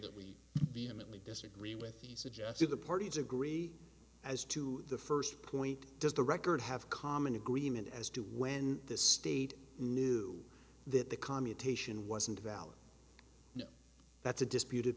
that we vehemently disagree with the suggested the parties agree as to the first point does the record have common agreement as to when the state knew that the commutation wasn't valid that's a disputed